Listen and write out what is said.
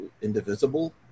Indivisible